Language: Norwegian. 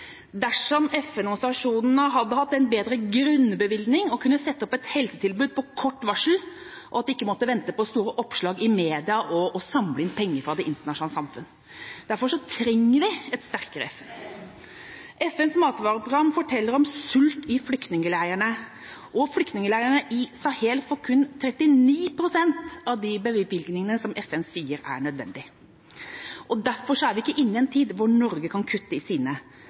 dersom FN-organisasjonene hadde hatt en bedre grunnbevilgning og hadde kunnet sette opp et helsetilbud på kort varsel, og at de ikke måtte vente på store oppslag i media og samle inn penger fra det internasjonale samfunnet. Derfor trenger vi et sterkere FN. FNs matvareprogram forteller om sult i flyktningleirene. Flyktningleirene i Sahel får kun 39 pst. av de bevilgningene FN sier er nødvendig. Derfor er vi ikke inne i en tid da Norge kan kutte i sine